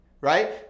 right